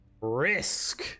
risk